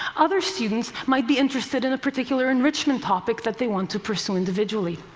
other students might be interested in a particular enrichment topic that they want to pursue individually.